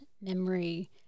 memory